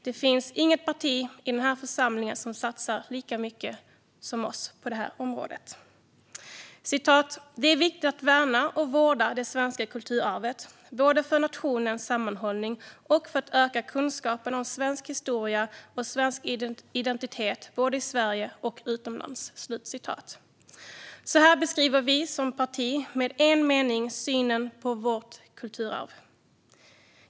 Det finns inget parti i den här församlingen som satsar lika mycket som vi på det här området. "Det är viktigt att värna och vårda det svenska kulturarvet, både för nationens sammanhållning och för att öka kunskaperna om svensk historia och svensk identitet, både i Sverige och utomlands." Så här beskriver vi som parti i en mening synen på vårt kulturarv.